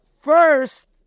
first